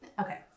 okay